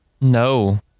No